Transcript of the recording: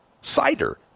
cider